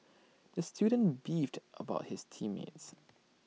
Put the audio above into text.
the student beefed about his team mates